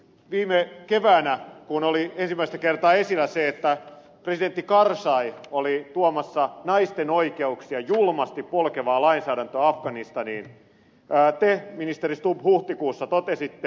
viime keväänä kun oli ensimmäistä kertaa esillä se että presidentti karzai oli tuomassa naisten oikeuksia julmasti polkevaa lainsäädäntöä afganistaniin te ministeri stubb huhtikuussa totesitte